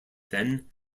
then